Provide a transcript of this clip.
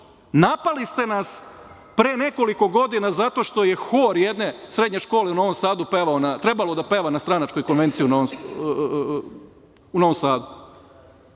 može? Napali ste nas pre nekoliko godina zato što je hor jedne srednje škole u Novom Sadu trebalo da peva na stranačkoj konvenciji u Novom Sadu.